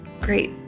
great